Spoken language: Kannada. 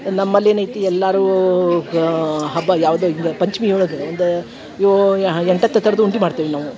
ನಮ್ಮಲ್ಲಿ ಏನೈತಿ ಎಲ್ಲರೂ ಹಬ್ಬ ಯಾವುದು ಹಿಂಗ ಪಂಚಮಿ ಒಳಗೆ ಒಂದು ಯೋ ಎಂಟು ಹತ್ತು ಥರದ್ದು ಉಂಡೆ ಮಾಡ್ತೇವೆ ನಾವು